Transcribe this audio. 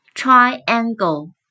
Triangle